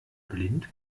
blind